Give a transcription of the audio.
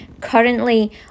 Currently